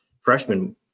freshman